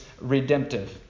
redemptive